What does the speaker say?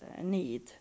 need